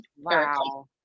Wow